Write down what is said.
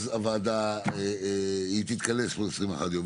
הוועדה תתכנס בעוד 21 יום.